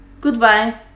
goodbye